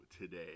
today